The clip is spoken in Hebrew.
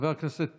חבר הכנסת